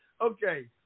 Okay